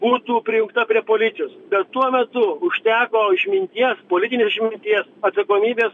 būtų prijungta prie policijos bet tuo metu užteko išminties politinės išminties atsakomybės